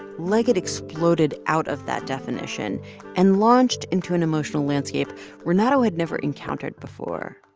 liget exploded out of that definition and launched into an emotional landscape renato had never encountered before.